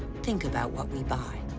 think about what we buy!